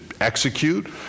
execute